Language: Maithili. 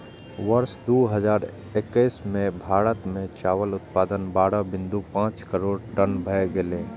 वर्ष दू हजार एक्कैस मे भारत मे चावल उत्पादन बारह बिंदु पांच करोड़ टन भए गेलै